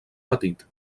petit